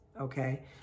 Okay